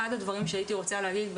אחד הדברים שהייתי רוצה להגיד,